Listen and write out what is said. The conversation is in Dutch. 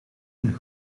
een